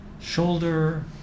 shoulder